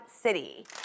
City